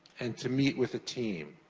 and to meet with a team.